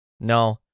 no